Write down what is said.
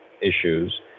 issues